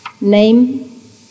name